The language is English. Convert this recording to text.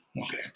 Okay